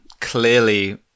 clearly